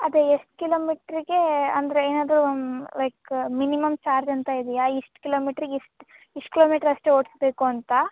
ಅದೇ ಎಷ್ಟು ಕಿಲೋಮೀಟರಿಗೆ ಅಂದರೆ ಏನಾದರೂ ಲೈಕ್ ಮಿನಿಮಮ್ ಚಾರ್ಜ್ ಅಂತ ಇದೆಯಾ ಇಷ್ಟು ಕಿಲೋಮೀಟರಿಗೆ ಇಷ್ಟು ಇಷ್ಟು ಕಿಲೋಮೀಟರ್ ಅಷ್ಟೇ ಓಡಿಸಬೇಕು ಅಂತ